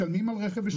משלמים על רכב אשכול.